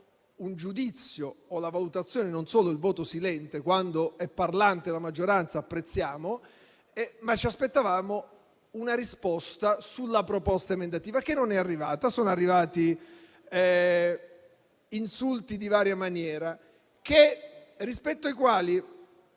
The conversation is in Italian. un giudizio o la valutazione; non solo il voto silente (quando è parlante la maggioranza, apprezziamo), ma ci aspettavamo una risposta sulla proposta emendativa che non è arrivata. Sono arrivati insulti di varia maniera, rispetto ai quali,